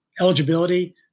eligibility